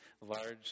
large